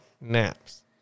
naps